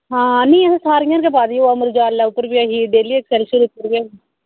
निं ओह् सारियें उप्पर गै पाई दी ही अमर उजाला उप्पर बी ऐही डेली एक्सलशियर पर ऐही